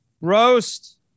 roast